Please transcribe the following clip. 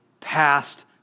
past